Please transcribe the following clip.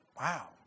Wow